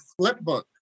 flipbook